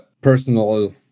personal